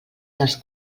dels